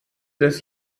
des